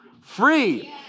free